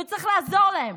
וצריך לעזור להם,